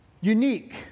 unique